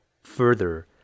Further